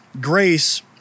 Grace